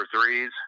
threes